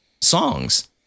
songs